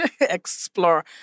explore